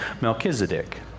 Melchizedek